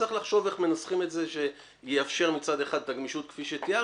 צריך לחשוב איך מנסחים את זה שיאפשר מצד אחד את הגמישות כפי שתיארתי,